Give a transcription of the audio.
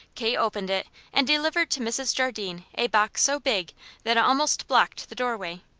kate opened it and delivered to mrs. jardine a box so big that it almost blocked the doorway.